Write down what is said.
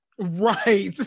Right